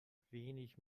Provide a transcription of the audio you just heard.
wenig